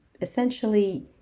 essentially